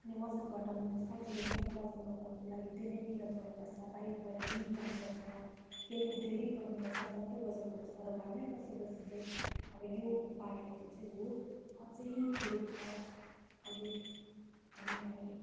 अनि वजन घटाउनु त सजिलो छैन वजन घटाउनुको लागि धेरै मेहनत गर्नु पर्छ बाहिर गएर जिम जानु पर्छ खेलकुद धेरै गर्नु पर्छ अन्त मात्र वजन घट्छ तर घरमा बसी बसी चाहिँ अब यो उपायहरू चाहिँ हो अझ धेरै छ अझ अनि हामी